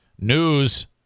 news